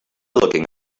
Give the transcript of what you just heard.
looking